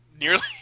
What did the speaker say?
nearly